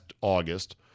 August